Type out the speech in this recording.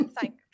thank